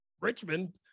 Richmond